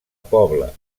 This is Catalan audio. pobla